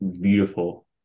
beautiful